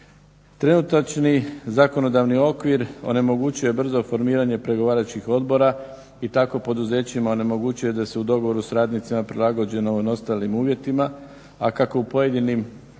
Trenutačni zakonodavni okvir onemogućuje brzo formiranje pregovaračkih odbora i tako poduzećima onemogućuje da se u dogovoru s radnicima prilagođeno onim ostalim uvjetima, a kako u pojedinim sektorima